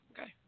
okay